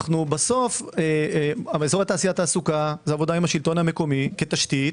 בסוף אזורי תעשייה תעסוקה זה עבודה עם השלטון המקומי כתשתית